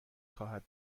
خواهد